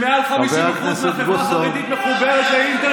שמעל 50% מהחברה החרדית, לא, לא,